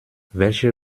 welche